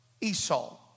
Esau